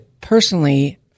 personally